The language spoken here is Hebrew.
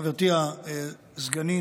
חברתי הסגנית,